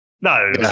No